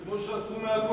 כמו שעשו מהכותל.